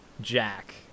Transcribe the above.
jack